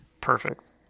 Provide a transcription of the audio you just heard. Perfect